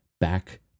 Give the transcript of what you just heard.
back